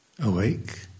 awake